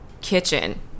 kitchen